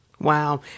Wow